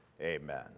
amen